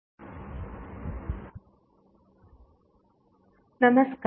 ಉಪನ್ಯಾಸ 18 ಗರಿಷ್ಠ ವಿದ್ಯುತ್ ವರ್ಗಾವಣೆ ನಮಸ್ಕಾರ